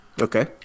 Okay